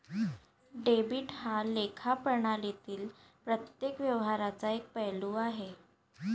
debit हा लेखा प्रणालीतील प्रत्येक व्यवहाराचा एक पैलू आहे